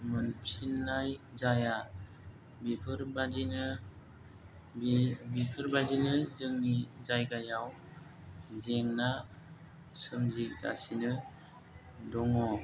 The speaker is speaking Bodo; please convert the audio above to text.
मोनफिननाय जाया बिफोरबादिनो बिफोरबादिनो जोंनि जायगायाव जेंना सोमजिगासिनो दङ